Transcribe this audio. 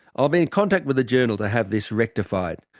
i'll be in contact with the journal to have this rectified.